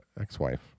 ex-wife